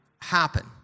happen